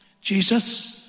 Jesus